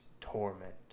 torment